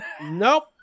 Nope